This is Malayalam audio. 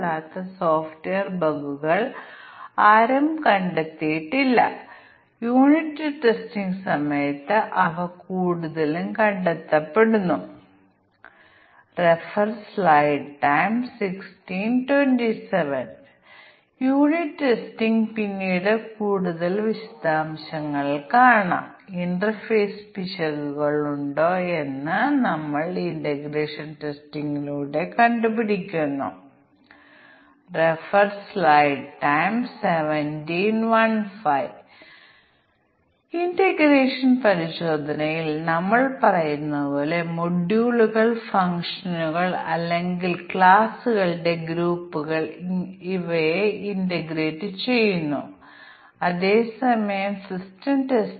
അതിനാൽ ഇത് ഒരു സിംഗിൾ മോഡ് ബഗ് ആണ് കാരണം ഇത് ഒരൊറ്റ പാരാമീറ്റർ ക്രമീകരിക്കുന്നതിലൂടെ ഉണ്ടാകുന്നതാണ് പ്രശ്നം ഇരട്ട മോഡ് തെറ്റ് അല്ലെങ്കിൽ രണ്ട് ഓപ്ഷനുകൾ സംയോജിപ്പിക്കുമ്പോൾ 2 വഴി തെറ്റ് സംഭവിക്കുന്നു ഉദാഹരണത്തിന് ഡ്യുപ്ലെക്സ് ഉള്ളപ്പോൾ മാത്രം പ്രിന്റ് smeട്ട് പുരട്ടുന്നു തിരഞ്ഞെടുത്തതും പ്രിന്റർ മോഡൽ 394 ആണ് ഈ പരാമീറ്ററുകളിൽ 2 ന് പ്രത്യേക മൂല്യം ഉണ്ടെങ്കിൽ മാത്രമേ പ്രശ്നം ഉണ്ടാകുകയുള്ളൂ അല്ലെങ്കിൽ മറ്റ് കോമ്പിനേഷനുകളില്ലെങ്കിൽ ഒരു മൾട്ടി മോഡ് തെറ്റ് 3 അല്ലെങ്കിൽ ക്രമീകരണങ്ങളിൽ പ്രശ്നം സംഭവിക്കുന്നു 3 അല്ലെങ്കിൽ മോഡ് പാരാമീറ്ററുകൾക്ക് നിർദ്ദിഷ്ട ക്രമീകരണം പ്രശ്നമുണ്ടാക്കി